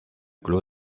club